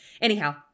Anyhow